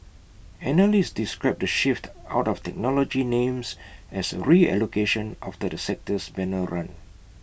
analysts described the shift out of technology names as A reallocation after the sector's banner run